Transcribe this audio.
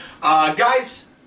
Guys